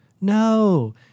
No